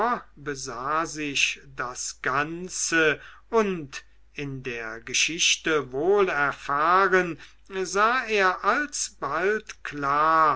sich das ganze und in der geschichte wohl erfahren sah er alsbald klar